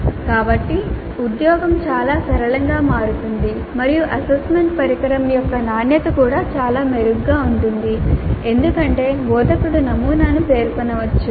కాబట్టి ఉద్యోగం చాలా సరళంగా మారుతుంది మరియు అసెస్మెంట్ పరికరం యొక్క నాణ్యత కూడా చాలా మెరుగ్గా ఉంటుంది ఎందుకంటే బోధకుడు నమూనాను పేర్కొనవచ్చు